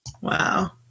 Wow